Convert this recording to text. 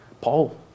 Paul